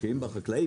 משקיעים בחקלאים,